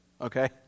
okay